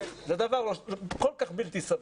זה דבר כל כך בלתי סביר.